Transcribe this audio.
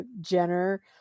Jenner